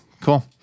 Cool